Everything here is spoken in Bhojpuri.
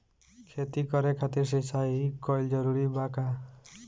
खेती करे खातिर सिंचाई कइल जरूरी बा का?